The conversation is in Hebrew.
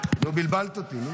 בלבלת אותי.